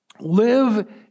live